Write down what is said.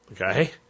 okay